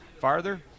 farther